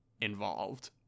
involved